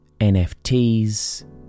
NFTs